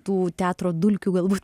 tų teatro dulkių galbūt